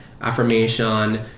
affirmation